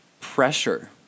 pressure